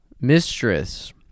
mistress